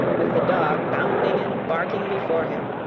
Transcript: with the dog bounding and barking before him,